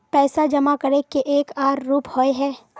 पैसा जमा करे के एक आर रूप होय है?